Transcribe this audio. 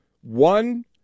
One